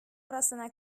арасына